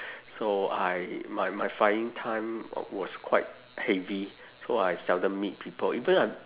so I my my flying time was quite heavy so I seldom meet people even I